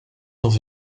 dans